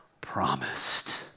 promised